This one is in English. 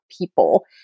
people